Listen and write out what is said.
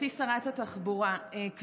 עם